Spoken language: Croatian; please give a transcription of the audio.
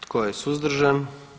Tko je suzdržan?